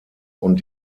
und